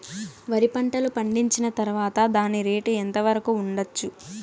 వరి పంటలు పండించిన తర్వాత దాని రేటు ఎంత వరకు ఉండచ్చు